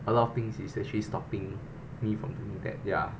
a lot of things is actually stopping me from doing that ya